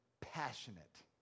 passionate